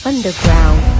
Underground